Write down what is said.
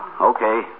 Okay